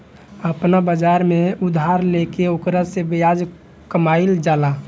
आपना बाजार में उधार देके ओकरा से ब्याज कामईल जाला